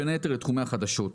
ובין היתר לתחומי החדשות.